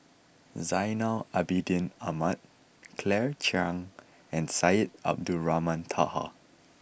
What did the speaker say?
Zainal Abidin Ahmad Claire Chiang and Syed Abdulrahman Taha